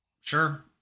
Sure